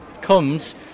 comes